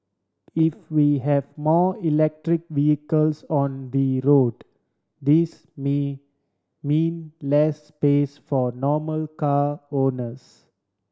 if we have more electric vehicles on the road this may mean less space for normal car owners